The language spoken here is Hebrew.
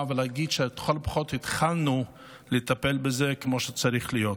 ולהגיד שלכל הפחות התחלנו לטפל בזה כמו שצריך להיות.